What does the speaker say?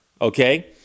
okay